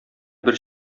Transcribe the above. бер